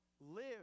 live